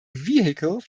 vehicle